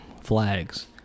flags